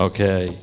Okay